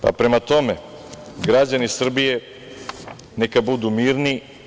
Pa, prema tome, građani Srbije neka budu mirni.